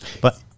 but-